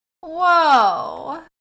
whoa